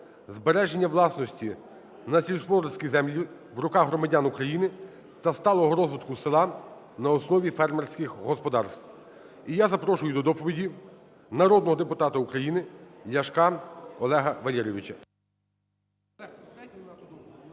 збереження власності на сільськогосподарські землі в руках громадян України та сталого розвитку села на основі фермерських господарств. І я запрошую до доповіді народного депутата України Ляшка Олега Валерійовича.